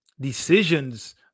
decisions